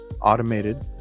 automated